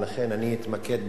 ולכן אני אתמקד,